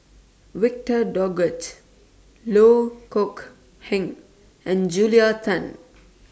Victor Doggett Loh Kok Heng and Julia Tan